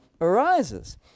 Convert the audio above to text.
arises